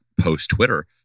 post-Twitter